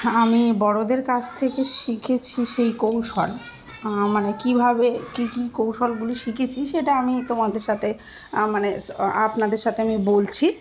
আমি বড়দের কাছ থেকে শিখেছি সেই কৌশল মানে কীভাবে কী কী কৌশলগুলি শিখেছি সেটা আমি তোমাদের সাথে মানে আপনাদের সাথে আমি বলছি